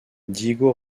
diego